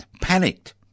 panicked